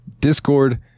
Discord